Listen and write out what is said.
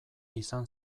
izan